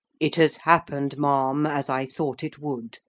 it has happened, ma'am, as i thought it would,